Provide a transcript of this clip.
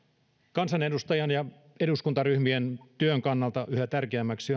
kansanedustajan ja eduskuntaryhmien työn kannalta yhä tärkeämmäksi